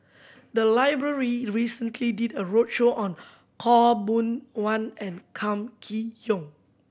the library recently did a roadshow on Khaw Boon Wan and Kam Kee Yong